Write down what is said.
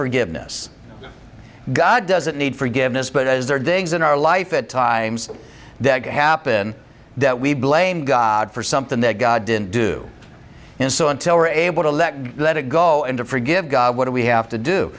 forgiveness god doesn't need forgiveness but as there are days in our life at times that happen that we blame god for something that god didn't do in so until we're able to let go let it go and to forgive god what do we have to do